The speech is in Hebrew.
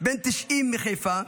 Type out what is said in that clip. בן 90 מחיפה,